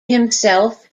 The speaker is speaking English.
himself